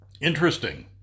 Interesting